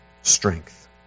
strength